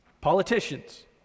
Politicians